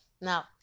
now